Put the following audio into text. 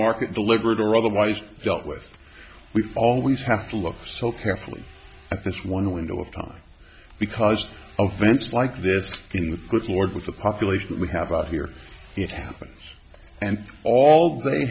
market deliberate or otherwise dealt with we always have to look so carefully at this one window of time because of vents like this in the good lord with the population we have out here it happens and all they